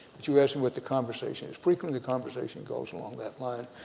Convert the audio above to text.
but you ask them what the conversation is, frequently the conversation goes along that line.